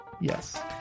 Yes